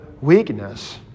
weakness